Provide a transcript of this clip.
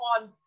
on